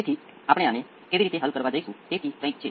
તેથી તે c × d V c by d t છે